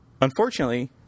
Unfortunately